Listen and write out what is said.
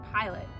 pilot